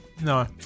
No